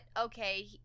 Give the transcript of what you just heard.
okay